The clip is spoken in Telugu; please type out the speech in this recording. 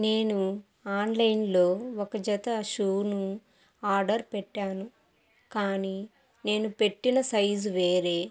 నేను ఆన్లైన్లో ఒక జత షూను ఆర్డర్ పెట్టాను కానీ నేను పెట్టిన సైజు వేరే